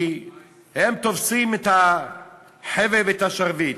כי הם תופסים את החבל ואת השרביט.